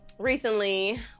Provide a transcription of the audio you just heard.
Recently